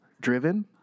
driven